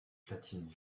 platines